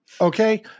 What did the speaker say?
Okay